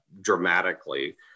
dramatically